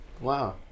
Wow